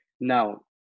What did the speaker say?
Now